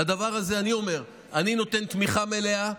לדבר הזה, אני אומר, אני נותן תמיכה מלאה.